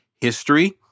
history